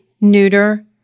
neuter